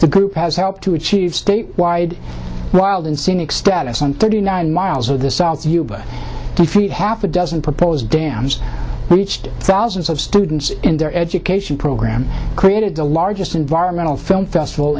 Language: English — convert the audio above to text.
the group has helped to achieve state wide wild and scenic status on thirty nine miles of the south yuba fleet half a dozen proposed dams reached thousands of students in their education program created the largest environmental film festival